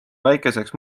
väikeseks